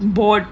bot